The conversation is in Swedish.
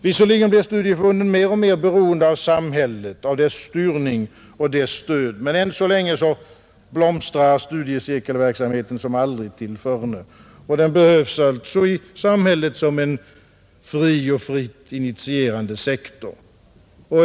Visserligen blir studieförbunden mer och mer beroende av samhället, av dess styrning och dess stöd, men än så länge blomstrar studiecirkelverksamheten som aldrig tillförne, och den behövs i samhället som en fri och fritt initierande sektor.